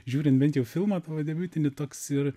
žiūrint bent jau filmą tavo debiutinį toks ir